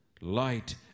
light